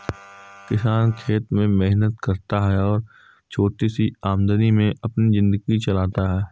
किसान खेत में मेहनत करता है और छोटी सी आमदनी में अपनी जिंदगी चलाता है